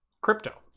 crypto